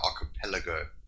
archipelago